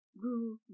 grew